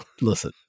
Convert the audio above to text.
listen